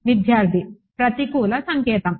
విద్యార్థి ప్రతికూల సంకేతం